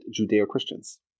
Judeo-Christians